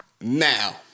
Now